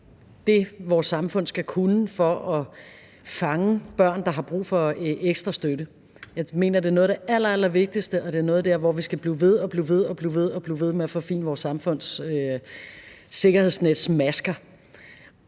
det, vores samfund skal kunne for at fange børn, der har brug for ekstra støtte. Jeg mener, det er noget af det allerallervigtigste, og vi skal i forbindelse med det blive ved og blive ved med at forfine vores samfunds sikkerhedsnets masker.